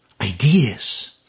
ideas